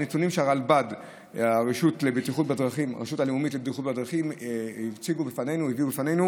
הרשות הלאומית לבטיחות בדרכים הביאה לפנינו